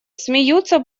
смеются